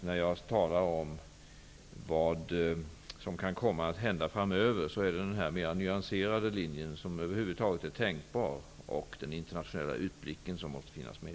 När jag talar om vad som kan komma att hända framöver är det denna mera nyanserade linje som över huvud taget är tänkbar, och den internationella utblicken måste finnas med.